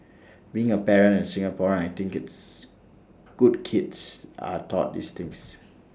being A parent and Singaporean I think it's good kids are taught these things